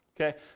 Okay